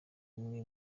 imwe